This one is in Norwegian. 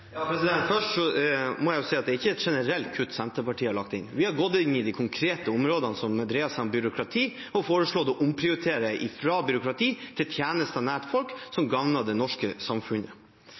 Først må jeg si at det ikke er et generelt kutt Senterpartiet har lagt inn. Vi har gått inn i de konkrete områdene som dreier seg om byråkrati, og foreslått å omprioritere fra byråkrati til tjenester nær folk, som gagner det norske samfunnet.